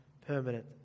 permanent